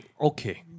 Okay